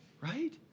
right